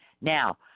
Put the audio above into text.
Now